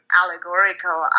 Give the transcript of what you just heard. allegorical